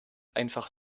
einfach